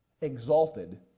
exalted